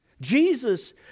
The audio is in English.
Jesus